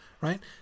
right